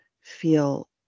feel